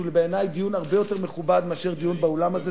בעיני דיון הרבה יותר מכובד מאשר דיון באולם הזה,